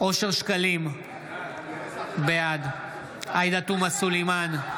אושר שקלים, בעד עאידה תומא סלימאן,